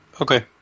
Okay